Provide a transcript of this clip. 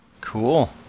Cool